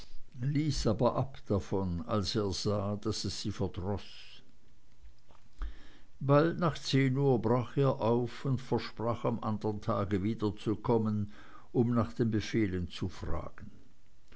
aber ab davon als er sah daß es sie verdroß bald nach zehn uhr brach er auf und versprach am anderen tage wiederzukommen um nach den befehlen zu fragen